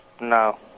No